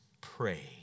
pray